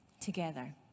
together